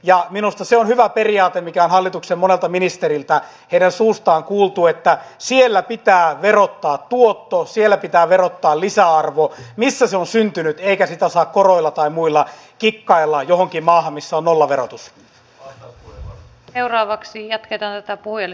ja minusta se on hyvä periaate mikä on hallituksen monelta ministeriltä heidän suustaan kuultu että siellä pitää verottaa tuotto siellä pitää verottaa lisäarvo missä se on syntynyt eikä sitä saa koroilla tai muilla kikkailla johonkin maahan missä on nollaverotus